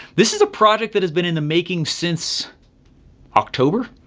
this is a project that has been in the making since october.